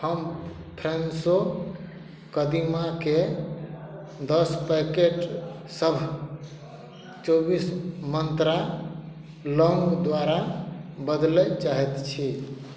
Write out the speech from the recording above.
हम फ़्रेशो कदीमाकेँ दस पैकेटसभ चौबीस मंत्रा लौंग द्वारा बदलय चाहैत छी